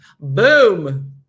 Boom